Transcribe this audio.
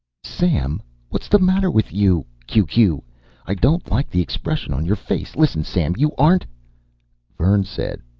sam whats the matter with you q q i dont like the expression on your face listen sam you arent vern said,